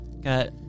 got